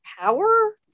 power